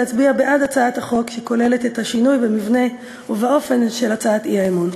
להצביע בעד הצעת החוק שכוללת את השינוי במבנה ובאופן של הצעת האי-אמון.